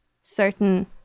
certain